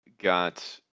got